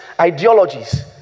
ideologies